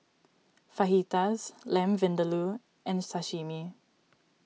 Fajitas Lamb Vindaloo and Sashimi